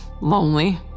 lonely